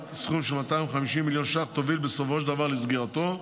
סכום של 250 מיליון ש"ח תוביל בסופו של דבר לסגירתו.